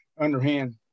underhand